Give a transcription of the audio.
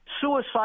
suicide